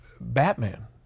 Batman